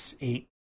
eight